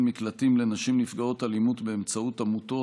מקלטים לנשים נפגעות אלימות באמצעות עמותות.